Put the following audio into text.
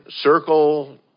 circle